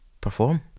perform